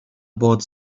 bought